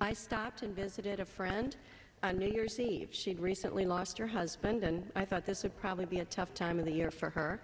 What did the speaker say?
i stopped and visited a friend on new year's eve she had recently lost her husband and i thought this would probably be a tough time of the year for her